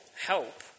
help